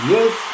Yes